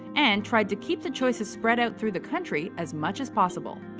and tried to keep the choices spread out through the country as much as possible.